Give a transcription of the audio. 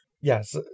Yes